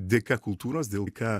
dėka kultūros dėl ką